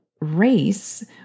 race